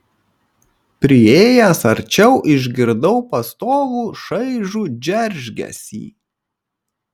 priėjęs arčiau išgirdau pastovų šaižų džeržgesį